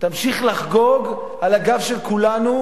תמשיך לחגוג על הגב של כולנו